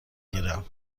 گیرم